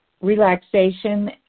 relaxation